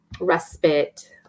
respite